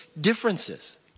differences